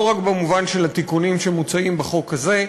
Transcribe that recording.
לא רק במובן של התיקונים שמוצעים בחוק הזה,